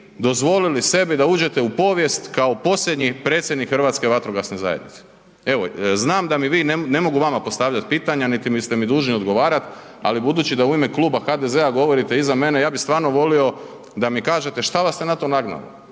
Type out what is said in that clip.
dozvolili sebi da uđete u povijest kao posljednji predsjednik Hrvatske vatrogasne zajednice, evo, znam da mi vi, ne mogu vama postavljat pitanja, niti ste mi dužni odgovarat, ali budući da u ime Kluba HDZ-a govorite i za mene, ja bi stvarno volio da mi kažete šta vas je na to nagnalo,